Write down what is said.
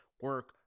Work